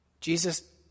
Jesus